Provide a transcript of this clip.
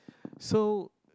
so